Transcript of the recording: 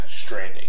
Stranding